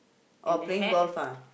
oh playing golf ah